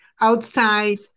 outside